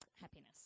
happiness